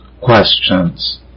questions